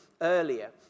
earlier